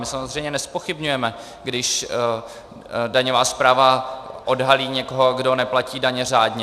Samozřejmě nezpochybňujeme, když daňová správa odhalí někoho, kdo neplatí daně řádně.